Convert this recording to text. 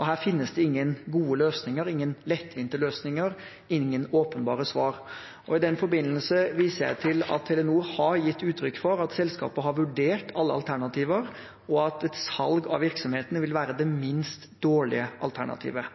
Her finnes det ingen gode løsninger, ingen lettvinte løsninger, ingen åpenbare svar. I den forbindelse viser jeg til at Telenor har gitt uttrykk for at selskapet har vurdert alle alternativer, og at et salg av virksomheten vil være det minst dårlige alternativet.